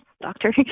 doctor